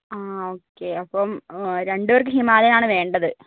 ആ ഒക്കെ അപ്പം രണ്ടു പേർക്ക് ഹിമാലയൻ ആണ് വേണ്ടത്